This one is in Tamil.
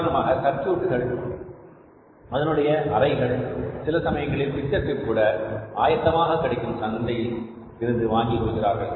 உதாரணமாக சர்க்யூட்டுகள் அதனுடைய அறைகள் சில சமயங்களில் பிக்சர் டியூப் கூட ஆயத்தமாக கிடைக்கும் சந்தைகளில் இருந்து வாங்கிக் கொள்கிறார்கள்